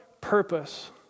purpose